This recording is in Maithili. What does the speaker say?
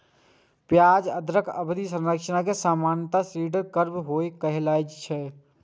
ब्याज दरक अवधि संरचना कें सामान्यतः यील्ड कर्व सेहो कहल जाए छै